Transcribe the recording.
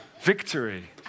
victory